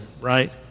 right